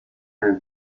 einen